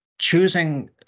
Choosing